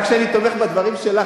גם כשאני תומך בדברים שלך,